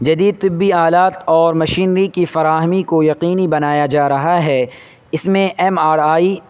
جدید طبی آلات اور مشینری کی فراہمی کو یقینی بنایا جا رہا ہے اس میں ایم آر آئی